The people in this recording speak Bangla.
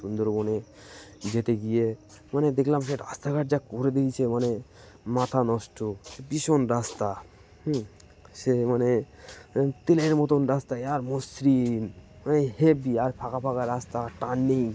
সুন্দরবনে যেতে গিয়ে মানে দেখলাম সে রাস্তাঘাট যা করে দিয়েছে মানে মাথা নষ্ট ভীষণ রাস্তা হুম সে মানে তেলের মতন রাস্তা আর মসৃণ মানে হেভি আর ফাঁকা ফাঁকা রাস্তা টার্নিং